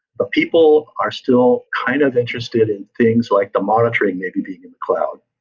but people are still kind of interested in things like the monitoring maybe being in the cloud.